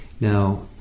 Now